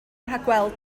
rhagweld